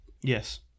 Yes